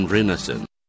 Renaissance